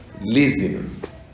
laziness